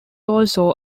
also